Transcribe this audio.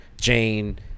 Jane